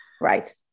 Right